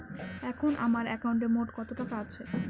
এখন আমার একাউন্টে মোট কত টাকা আছে?